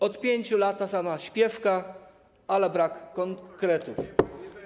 Od 5 lat ta sama śpiewka, ale brak konkretów.